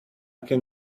can